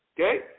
okay